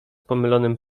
pomylonym